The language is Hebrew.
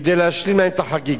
כדי להשלים להם את החגיגה.